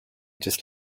just